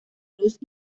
luz